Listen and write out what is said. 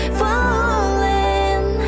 falling